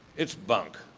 it's bunk.